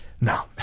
No